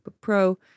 pro